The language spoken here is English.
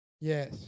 Yes